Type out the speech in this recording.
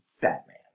Batman